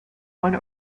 one